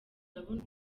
urabona